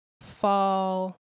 fall